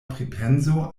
pripenso